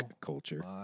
culture